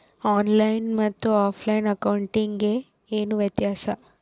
On line ಮತ್ತೆ offline ಅಕೌಂಟಿಗೆ ಏನು ವ್ಯತ್ಯಾಸ?